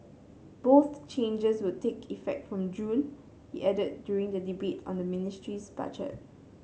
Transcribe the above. both changes will take effect from June he added during the debate on the ministry's budget